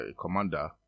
commander